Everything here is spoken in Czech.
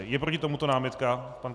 Je proti tomuto námitka?